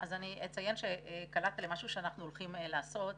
אני אציין שקלעת למשהו שאנחנו הולכים לעשות.